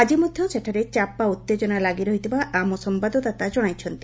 ଆକି ମଧ୍ଧ ସେଠାରେ ଚାପା ଉଉେଜନା ଲାଗି ରହିଥିବା ଆମ ସମ୍ଘାଦଦାତା ଜଣାଇଛନ୍ତି